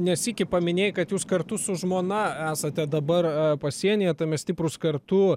ne sykį paminėjai kad jūs kartu su žmona esate dabar pasienyje tame stiprūs kartu